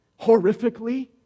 horrifically